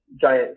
giant